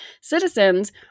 citizens